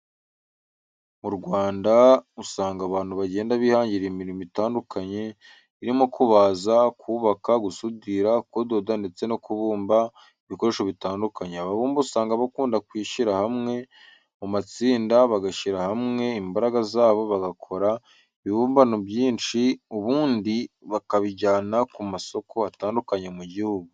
Mu Rwanda usanga abantu bagenda bihangira imyuga itandukanye, irimo kubaza, kubaka, gusudira, kudoda, ndetse no kubumba ibikoresho bitandukanye. Ababumba usanga bakunda kwishyura hamwe muma tsinda, bagashyira hamwe imbaraga zabo bagakora ibibumbano nyinshi, ubundi bakabijyana kuma soko atandukanye mu gihugu.